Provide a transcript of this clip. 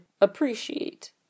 appreciate